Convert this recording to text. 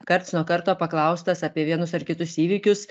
karts nuo karto paklaustas apie vienus ar kitus įvykius